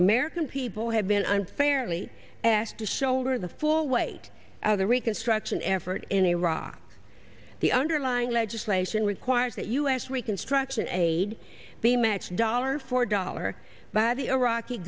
american people have been unfairly asked to shoulder the full weight of the reconstruction effort in iraq the underlying legislation requires that u s reconstruction aid be matched dollar for dollar by the iraqi